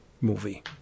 movie